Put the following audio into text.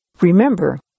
Remember